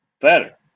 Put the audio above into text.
better